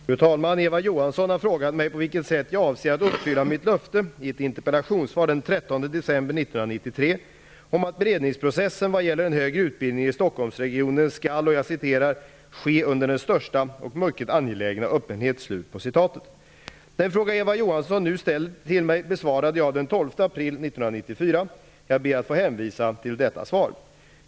Fru talman! Eva Johansson har frågat mig på vilket sätt jag avser att uppfylla mitt löfte i ett interpellationssvar den 13 december 1993 om att beredningsprocessen vad gäller den högre utbildningen i Stockholmsregionen skall ''ske under den största, och mycket angelägna öppenhet''. Den fråga Eva Johansson nu ställt till mig besvarade jag den 12 april 1994. Jag ber att få hänvisa till detta svar.